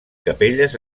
capelles